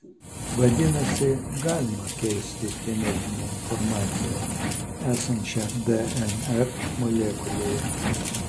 vadinasi galima keisti genetinę informaciją esančią dnr molekulėje